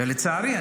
ולצערי,